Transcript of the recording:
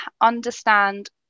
understand